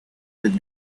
with